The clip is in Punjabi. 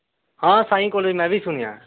ਹਾਂ ਸਾਈ ਕਾਲਜ ਮੈਂ ਵੀ ਸੁਣਿਆ